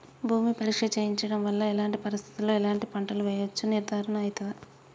భూమి పరీక్ష చేయించడం వల్ల ఎలాంటి పరిస్థితిలో ఎలాంటి పంటలు వేయచ్చో నిర్ధారణ అయితదా?